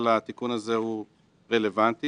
נראה הבסיס של הבסיס.